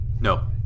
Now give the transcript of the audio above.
No